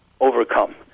overcome